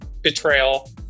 Betrayal